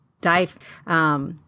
die